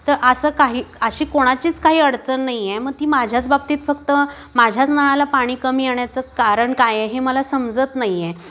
तर असं काही अशी कोणाचीच काही अडचण नाहीये मग ती माझ्याच बाबतीत फक्त माझ्याच नळाला पाणी कमी आणण्याचं कारण काय हे मला समजत नाहीये